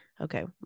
Okay